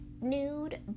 nude